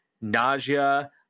nausea